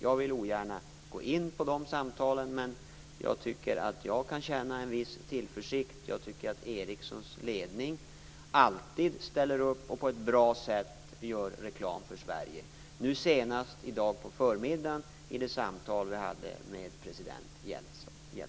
Jag vill ogärna gå in på de samtalen, men jag tycker att jag kan känna en viss tillförsikt. Jag tycker att Ericssons ledning alltid ställer upp och gör reklam för Sverige på ett bra sätt, nu senast i dag på förmiddagen i det samtal vi hade med president Jeltsin.